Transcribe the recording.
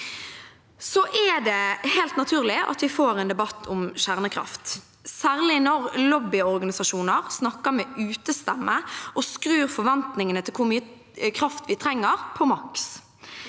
Det er helt naturlig at vi får en debatt om kjernekraft, særlig når lobbyorganisasjoner snakker med utestemme og skrur forventningene til hvor mye kraft vi trenger, på maks.